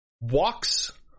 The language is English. walks